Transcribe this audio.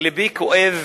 לבי כואב